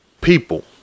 People